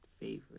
favorite